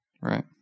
Right